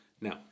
Now